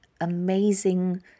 amazing